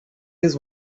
his